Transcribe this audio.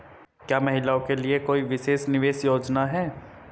क्या महिलाओं के लिए कोई विशेष निवेश योजना है?